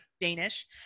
danish